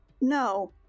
No